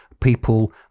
people